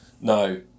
No